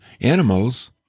animals